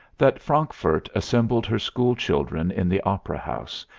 that frankfurt assembled her school children in the opera house,